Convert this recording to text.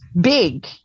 big